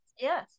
yes